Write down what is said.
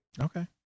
Okay